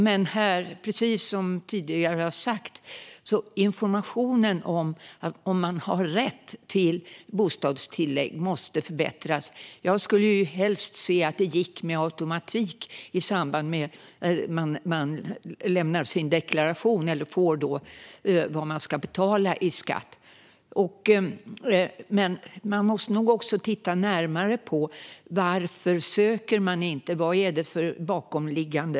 Men precis som tidigare har sagts här måste informationen om man har rätt till bostadstillägg förbättras. Jag skulle helst se att detta gick med automatik i samband med att man lämnar in sin deklaration och får reda på hur mycket man ska betala i skatt. Men man måste nog också titta närmare på varför människor inte ansöker om bostadstillägg.